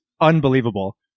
unbelievable